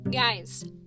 guys